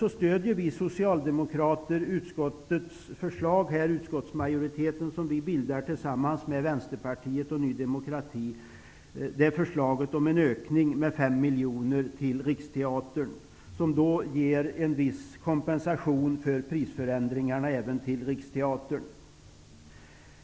Därför stöder vi socialdemokrater utskottsmajoritetens förslag -- en utskottsmajoritet som vi bildar tillsammans med Vänsterpartiet och Ny demokrati -- om en ökning med 5 miljoner kronor till Riksteatern. Detta ger även Riksteatern en viss kompensation för prisförändringarna.